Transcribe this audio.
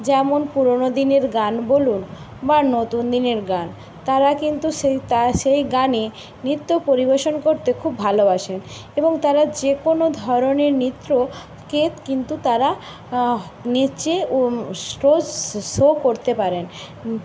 যেমন পুরনো দিনের গান বলুন বা নতুন দিনের গান তারা কিন্তু সেই তা সেই গানে নৃত্য পরিবেশন করতে খুব ভালোবাসেন এবং তারা যে কোনো ধরনের নৃত্যকে কিন্তু তারা নেচে ও স্ট্রোস শো করতে পারেন